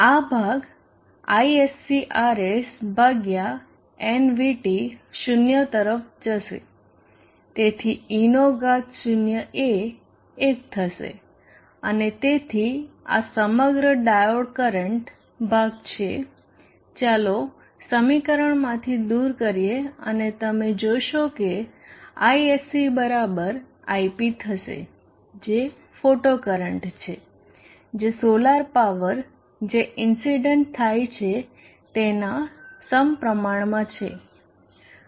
આ ભાગ Isc Rs ભાગ્યા nVT 0 તરફ જશે તેથી e નો ઘાત 0 એ 1 થશે અને તેથી આ સમગ્ર ડાયોડ કરંટ ભાગ છે ચાલો સમીકરણમાંથી દૂર કરીએ અને તમે જોશો કે Isc બરાબર Ip થશે જે ફોટોકોરન્ટ છે જે સોલાર પાવર જે ઇન્સીડન્ટ થાય છે તેનાં સમપ્રમાણમાં છે